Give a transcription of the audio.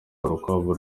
urukwavu